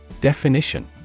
Definition